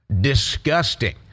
disgusting